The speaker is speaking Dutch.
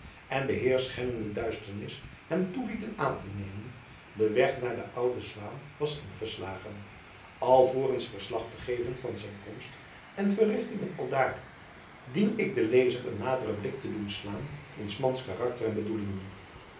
en de heerjacob van lennep elizabeth musch schende duisternis hem toelieten aan te nemen den weg naar de oude zwaen was ingeslagen alvorens verslag te geven van zijn komst en verrichtingen aldaar dien ik den lezer een naderen blik te doen slaan in s mans karakter en bedoelingen